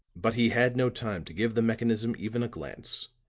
but he had no time to give the mechanism even a glance